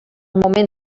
moment